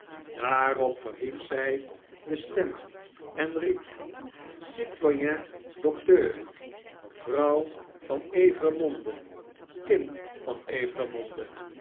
daarop verhief zij de stem en riep citoyen docteurl vrouw van evremonde kind van